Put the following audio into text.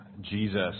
Jesus